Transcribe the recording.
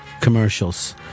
commercials